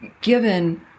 given